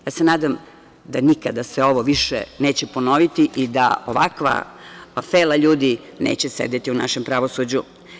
Ja se nadam da se nikada ovo više neće ponoviti i da ovakva fela ljudi neće sedeti u našem pravosuđu.